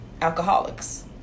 alcoholics